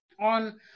on